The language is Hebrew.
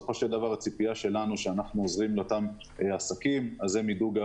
הציפייה שלנו שאנחנו עוזרים לאותם העסקים והם ישרשרו את